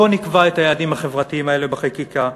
בואו נקבע את היעדים החברתיים האלה בחקיקה.